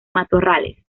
matorrales